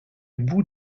bout